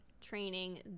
training